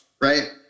right